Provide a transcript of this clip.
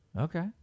Okay